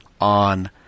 on